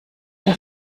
der